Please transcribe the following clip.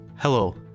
Hello